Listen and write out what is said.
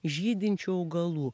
žydinčių augalų